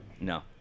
No